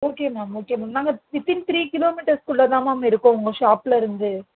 okay ma'am okay ma'am நாங்கள் within three kilometres குள்ளேதான் இருக்கோம் உங்கள் ஷாப்பிலருந்து